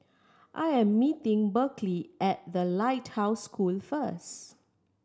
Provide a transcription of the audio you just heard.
I am meeting Berkley at The Lighthouse School first